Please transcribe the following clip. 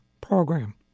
program